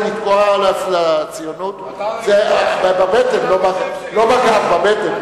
זה לתקוע לציונות, בבטן, לא בגב.